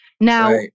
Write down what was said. Now